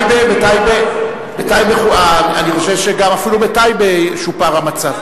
אני חושב שאפילו בטייבה שופר המצב.